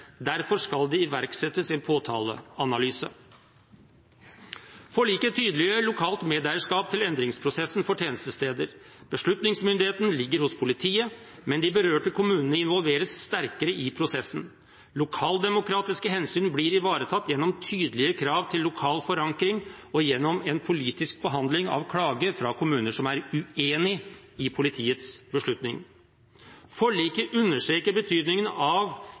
Derfor skal det iverksettes en påtaleanalyse. Forliket tydeliggjør lokalt medeierskap til endringsprosessen for tjenestesteder. Beslutningsmyndigheten ligger hos politiet, men de berørte kommunene involveres sterkere i prosessen. Lokaldemokratiske hensyn blir ivaretatt gjennom tydelige krav til lokal forankring og gjennom en politisk behandling av klage fra kommuner som er uenig i politiets beslutning. Forliket understreker betydningen av